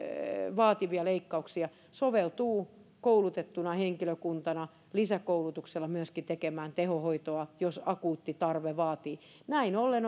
vaativia leikkauksia soveltuu koulutettuna henkilökuntana lisäkoulutuksella myöskin tekemään tehohoitoa jos akuutti tarve vaatii näin ollen